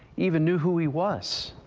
even knew who he was.